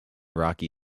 rocky